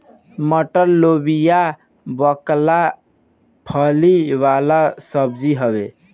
मटर, लोबिया, बकला फली वाला सब्जी हवे